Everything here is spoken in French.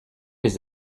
les